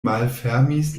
malfermis